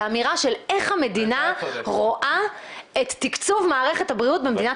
זה אמירה של איך המדינה רואה את תקצוב מערכת הבריאות במדינת